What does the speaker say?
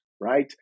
right